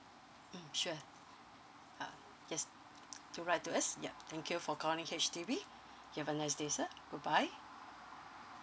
mm sure uh yes to write to us yup thank you for calling H_D_B you have a nice day sir bye bye